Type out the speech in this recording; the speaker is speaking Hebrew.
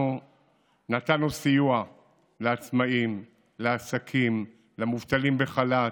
אנחנו נתנו סיוע לעצמאים, לעסקים, למובטלים בחל"ת,